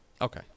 Okay